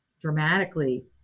dramatically